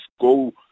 go